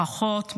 ברכות,